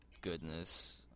goodness